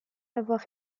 avoir